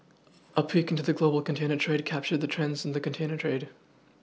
a peek into the global container trade captured the trends in the container trade